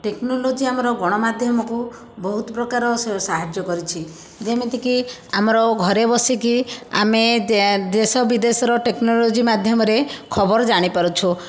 technology ଆମର ଗଣମାଧ୍ୟମକୁ ବହୁତ ପ୍ରକାର ସ ସାହାଯ୍ୟ କରିଛି ଯେମିତି କି ଆମର ଘରେ ବସିକି ଆମେ ଦେ ଦେଶ ବିଦେଶର ଟେକ୍ନୋଲୋଜି ମାଧ୍ୟମରେ ଖବର ଜାଣିପାରୁଛୁ